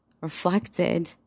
reflected